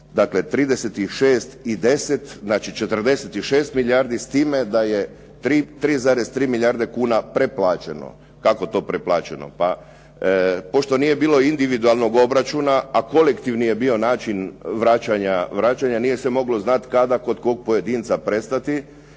znači 46 milijardi s time da je 3,3 milijarde kuna preplaćeno. Kako to preplaćeno? Pošto nije bilo individualnog obračuna a kolektivni je bio način vraćanja nije se moglo znati kada kod kojeg pojedinca prestati